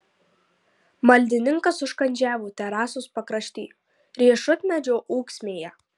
maldininkas užkandžiavo terasos pakrašty riešutmedžio ūksmėje